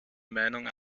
meinung